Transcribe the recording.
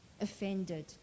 offended